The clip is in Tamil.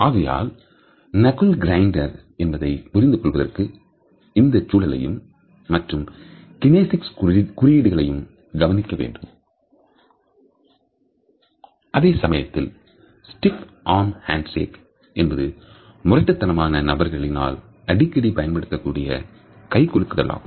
ஆகையால் நக்குல் கிரைண்டர்என்பதை புரிந்து கொள்வதற்கு அந்தச் சூழலையும் மற்ற kinesics குறியீடுகளையும் கவனிக்க வேண்டும் அதே சமயத்தில் ஸ்டிப் ஆம் ஹேண்ட் சேக் என்பது முரட்டுத்தனமான நபர்களினால் அடிக்கடி பயன்படுத்தக்கூடிய கைகுலுக்குதல் ஆகும்